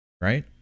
right